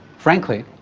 frankly,